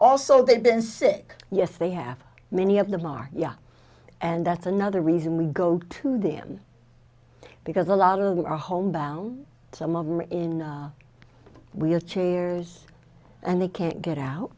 also they've been sick yes they have many of them are young and that's another reason we go to them because a lot of them are homebound some of them are in wheelchairs and they can't get out